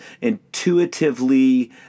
intuitively